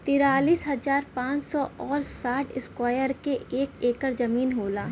तिरालिस हजार पांच सौ और साठ इस्क्वायर के एक ऐकर जमीन होला